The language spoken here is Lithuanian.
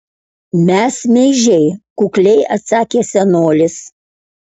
mes meižiai kukliai atsakė senolis